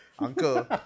Uncle